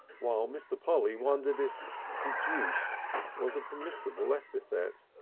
while mr. polly wondered if de-juiced was a permissible epithet.